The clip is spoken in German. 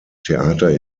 theater